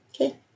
okay